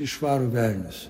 išvaro velnius